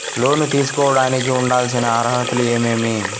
లోను తీసుకోడానికి ఉండాల్సిన అర్హతలు ఏమేమి?